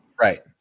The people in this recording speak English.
Right